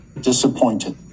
disappointed